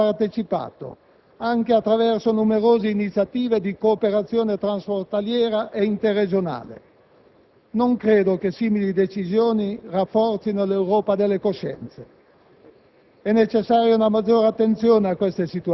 e che alla costruzione europea ha fattivamente partecipato, anche attraverso numerose iniziative di cooperazione transfrontaliera ed interregionale. Non credo che simili decisioni rafforzino l'Europa delle coscienze.